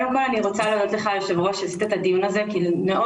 אני רוצה להודות לך היושב ראש על קיום הדיון הזה כי מאוד